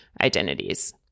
identities